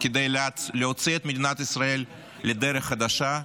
להוציא את מדינת ישראל לדרך חדשה,